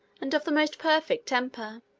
and of the most perfect temper.